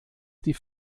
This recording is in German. die